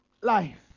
life